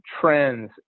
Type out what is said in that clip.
trends